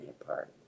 apart